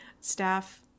staff